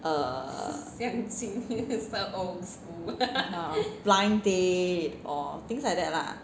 err blind date or things like that lah